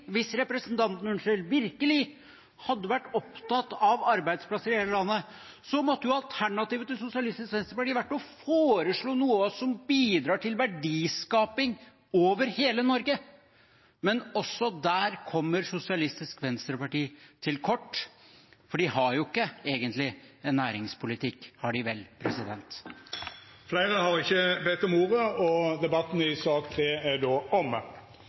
hadde vært opptatt av arbeidsplasser i hele landet, måtte alternativet til Sosialistisk Venstreparti ha vært å foreslå noe som bidrar til verdiskaping over hele Norge. Men også der kommer Sosialistisk Venstreparti til kort, for de har ikke egentlig en næringspolitikk, har de vel? Fleire har ikkje bedt om ordet til sak nr. 3. Etter ønske frå energi- og miljøkomiteen vil presidenten ordna debatten